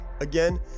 Again